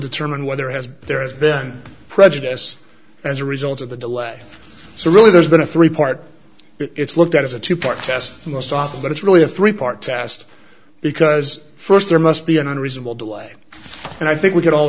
determine whether has there's been prejudice as a result of the delay so really there's been a three part it's looked at as a two part test most often but it's really a three part tast because first there must be an unreasonable delay and i think we c